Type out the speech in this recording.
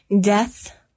death-